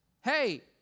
hey